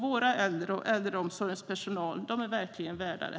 Våra äldre och äldreomsorgens personal är verkligen värda det.